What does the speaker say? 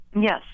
Yes